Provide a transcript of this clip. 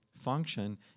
function